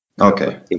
Okay